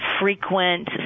frequent